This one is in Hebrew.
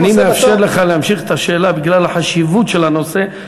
אני מאפשר לך להמשיך את השאלה בגלל החשיבות של הנושא,